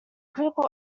critical